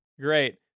Great